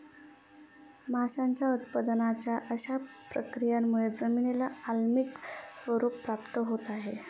माशांच्या उत्पादनाच्या अशा प्रक्रियांमुळे जमिनीला आम्लीय स्वरूप प्राप्त होत आहे